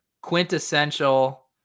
quintessential